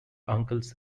uncles